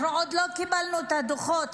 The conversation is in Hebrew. אנחנו עוד לא קיבלנו את הדוחות,